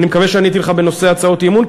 ואני מקווה שעניתי לך בנושא הצעות אי-אמון,